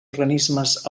organismes